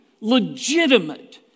legitimate